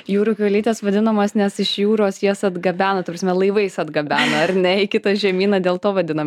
jūrų kiaulytės vadinamos nes iš jūros jas atgabena ta prasme laivais atgabena ar ne į kitą žemyną dėl to vadinam